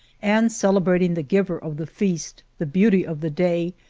and celebrating the giver of the feast, the beauty of the day,